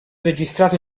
registrato